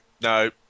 no